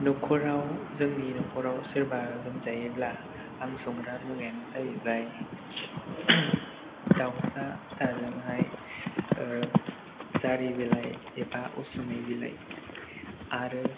न'खराव जोंनि न'खराव सोरबा लोमजायोब्ला आं संग्रा मुवायानो जाहैबाय दाउसा फिसाजोंहाय जारि बिलाइ एबा उसुमै बिलाय आरो